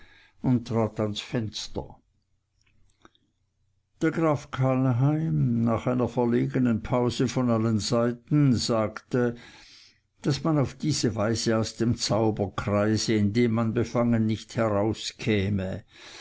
und trat ans fenster der graf kallheim nach einer verlegenen pause von allen seiten sagte daß man auf diese weise aus dem zauberkreise in dem man befangen nicht herauskäme